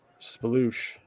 Sploosh